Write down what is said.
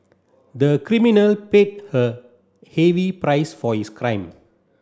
the criminal paid a heavy price for his crime